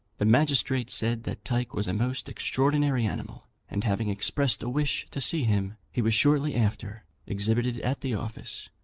the magistrate said that tyke was a most extraordinary animal and having expressed a wish to see him, he was shortly after exhibited at the office,